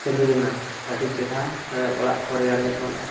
ᱪᱟᱹᱞᱩ ᱞᱮᱱᱟ ᱟᱹᱰᱤ ᱪᱮᱨᱦᱟ ᱚᱲᱟᱜ ᱠᱚ ᱨᱮᱭᱟᱲᱜᱮ ᱫᱚᱦᱚ ᱞᱟᱜ ᱟᱭ